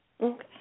Okay